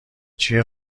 چیه